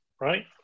right